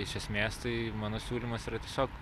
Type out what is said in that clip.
iš esmės tai mano siūlymas yra tiesiog